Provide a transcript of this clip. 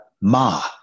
Ma